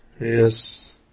Yes